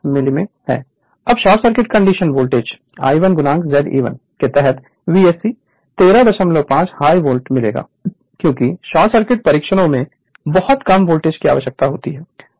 Refer Slide Time 0947 अब short circuit condition voltage I1 Ze1 के तहत VSC 135 हाय वोल्ट मिलेगा क्योंकि शॉर्ट सर्किट परीक्षणों में बहुत कम वोल्टेज की आवश्यकता होती है